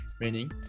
meaning